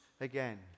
again